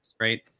right